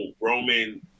Roman